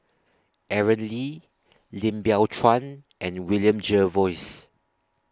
Aaron Lee Lim Biow Chuan and William Jervois